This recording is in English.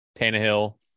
Tannehill